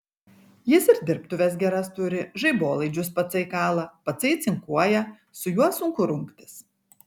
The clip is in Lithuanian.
jis ir dirbtuves geras turi žaibolaidžius patsai kala patsai cinkuoja su juo sunku rungtis